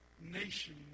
nation